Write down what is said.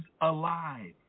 alive